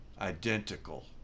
identical